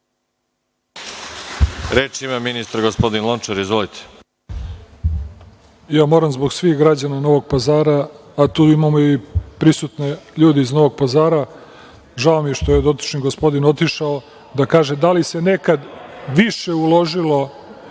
Reč ima ministar, gospodin Lončar. Izvolite. **Zlatibor Lončar** Ja moram zbog svih građana Novog Pazara, a tu imamo i prisutne ljude iz Novog Pazara, žao mi je što je dotični gospodin otišao, da kaže da li se nekad više uložilo